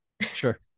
sure